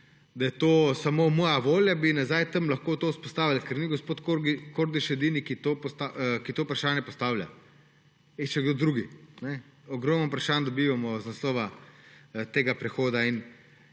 da je to samo moja volja, bi tam lahko to nazaj vzpostavili, ker ni gospod Kordiš edini, ki to vprašanje postavlja, je še kdo drug. Ogromno vprašanj dobivamo z naslova tega prehoda in